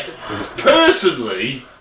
Personally